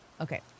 Okay